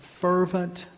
fervent